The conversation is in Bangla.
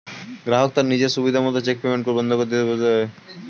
গ্রাহক তার নিজের সুবিধা মত চেক পেইমেন্ট বন্ধ করে দিতে পারে